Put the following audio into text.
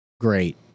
great